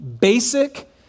basic